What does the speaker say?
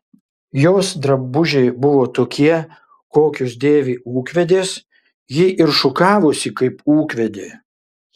jos drabužiai buvo tokie kokius dėvi ūkvedės ji ir šukavosi kaip ūkvedė